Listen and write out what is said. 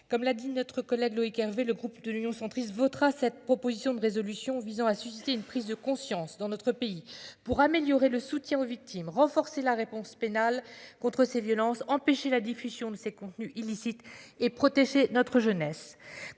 comme l'a dit notre collègue Loïc Hervé Le groupe de l'Union centriste votera cette proposition de résolution visant à susciter une prise de conscience dans notre pays. Pour améliorer le soutien aux victimes. Renforcer la réponse pénale contre ces violences. Empêcher la diffusion de ces contenus illicites et protéger notre jeunesse